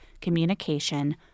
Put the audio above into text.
communication